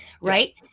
right